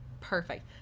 perfect